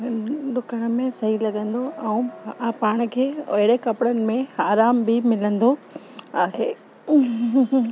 डुकण में सई लॻंदो ऐं आहे पाण खे अहिड़े कपिड़नि में आरामु बि मिलंदो आहे